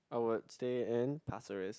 I would stay in Pasir-Ris